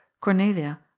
cornelia